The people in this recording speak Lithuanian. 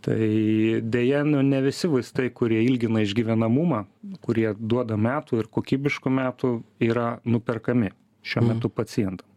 tai deja nu ne visi vaistai kurie ilgina išgyvenamumą kurie duoda metų ir kokybiškų metų yra nuperkami šiuo metu pacientam